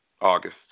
August